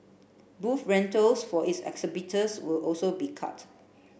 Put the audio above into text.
booth rentals for its exhibitors will also be cut